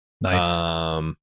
Nice